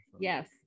yes